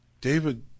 David